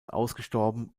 ausgestorben